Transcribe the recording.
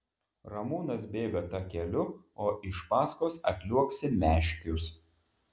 ramūnas bėga takeliu o iš paskos atliuoksi meškius